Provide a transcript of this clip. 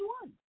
one